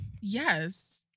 Yes